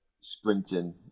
sprinting